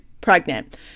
pregnant